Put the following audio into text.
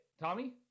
Tommy